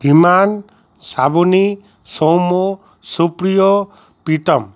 Himan Shrabani Soumya Supriyo Pritam